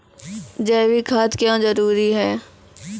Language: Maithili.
जैविक खाद क्यो जरूरी हैं?